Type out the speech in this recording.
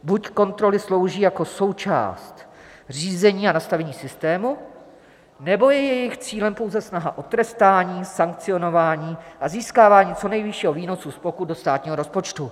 Buď kontroly slouží jako součást řízení a nastavení systému, nebo je jejich cílem pouze snaha o trestání, sankcionování a získávání co nejvyššího výnosu z pokut do státního rozpočtu.